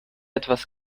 etwas